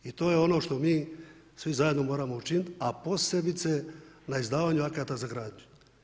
I to je ono što mi svi zajedno moramo učiniti, a posebice na izdavanju akata za gradnju.